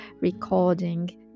recording